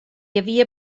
havia